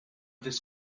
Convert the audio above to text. this